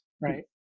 right